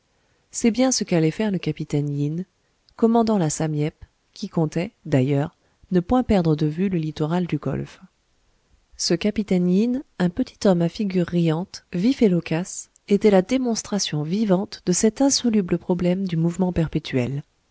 c'est bien ce qu'allait faire le capitaine yin commandant la sam yep qui comptait d'ailleurs ne point perdre de vue le littoral du golfe ce capitaine yin un petit homme à figure riante vif et loquace était la démonstration vivante de cet insoluble problème du mouvement perpétuel